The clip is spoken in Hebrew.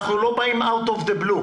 אנחנו לא באים סתם כך.